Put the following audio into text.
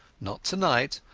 not tonight,